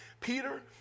Peter